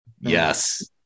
Yes